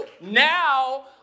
now